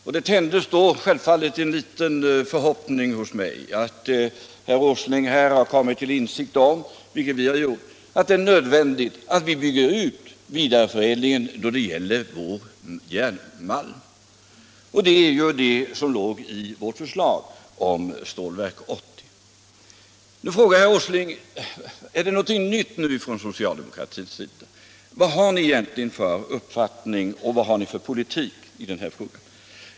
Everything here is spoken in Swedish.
Därför tändes självfallet en liten förhoppning hos mig att herr Åsling kommit till insikt om, vilket vi har gjort, att det är nödvändigt att vi bygger ut vidareförädling av vår järnmalm. Det är det som ligger i vårt förslag om Stålverk 80. Nu frågar herr Åsling: Är det någonting nytt nu från socialdemokratins sida? Vad har ni egentligen för uppfattning, och vad har ni för politik i den här frågan?